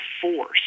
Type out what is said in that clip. force